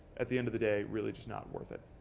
at the end of the day, really just not worth it,